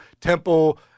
Temple